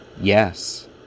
Yes